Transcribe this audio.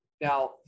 Now